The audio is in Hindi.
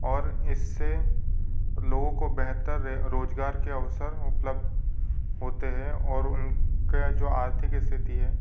और इससे लोगों को बेहतर रोजगार के अवसर उपलब्ध होते हैं और उनका जो आर्थिक स्थिति